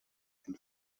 den